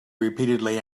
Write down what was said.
repeatedly